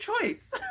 choice